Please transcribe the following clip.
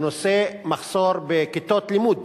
בנושא מחסור בכיתות לימוד.